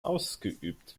ausgeübt